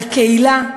על קהילה,